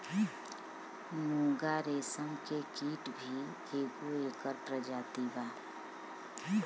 मूंगा रेशम के कीट भी एगो एकर प्रजाति बा